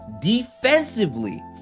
defensively